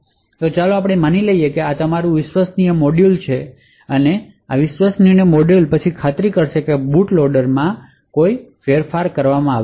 તો ચાલો આપણે માની લઈએ કે આ તમારું વિશ્વસનીય મોડ્યુલ છે તેથી આ વિશ્વસનીય મોડ્યુલ પછી ખાતરી કરશે કે બૂટ લોડર બદલવામાં આવી નથી